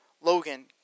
Logan